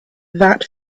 that